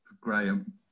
Graham